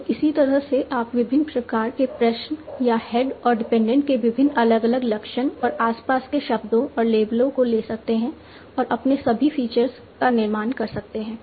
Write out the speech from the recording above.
तो इसी तरह से आप विभिन्न प्रकार के प्रश्न या हेड और डिपेंडेंट के विभिन्न अलग अलग लक्षण और आस पास के शब्दों और लेबलों को ले सकते हैं और अपने सभी फीचर्स का निर्माण कर सकते हैं